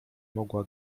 mogła